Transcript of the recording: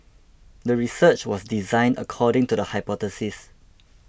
the research was designed according to the hypothesis